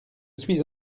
suis